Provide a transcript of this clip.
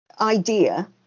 idea